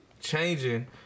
changing